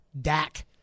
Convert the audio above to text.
Dak